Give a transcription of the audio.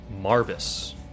Marvis